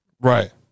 Right